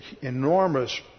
enormous